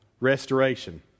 restoration